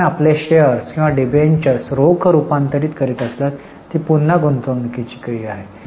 आपण आपले शेअर्स किंवा डिबेंचर्स रोख रुपांतरित करीत असल्यास ती पुन्हा गुंतवणूकीची क्रिया आहे